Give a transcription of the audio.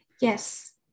yes